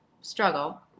struggle